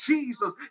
Jesus